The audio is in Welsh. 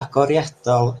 agoriadol